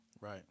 Right